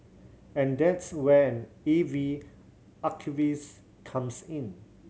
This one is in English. and that's where an A V archivist comes in